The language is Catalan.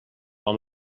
amb